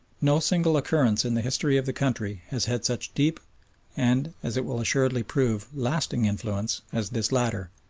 no single occurrence in the history of the country has had such deep and, as it will assuredly prove, lasting influence as this latter,